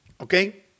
okay